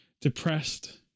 depressed